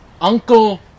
uncle